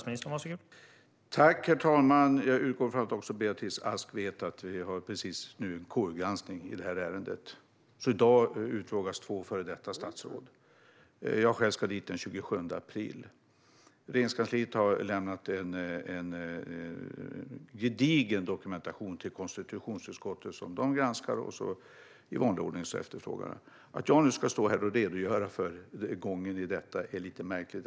Herr talman! Jag utgår från att också Beatrice Ask vet att det pågår en KU-granskning i det här ärendet. I dag utfrågas två före detta statsråd, och jag ska själv dit den 27 april. Regeringskansliet har lämnat gedigen dokumentation till konstitutionsutskottet som de granskar och i vanlig ordning har efterfrågat. Att jag nu ska stå här och redogöra för gången i detta är lite märkligt.